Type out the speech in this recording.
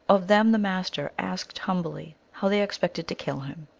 of them the master asked humbly how they expected to kill him.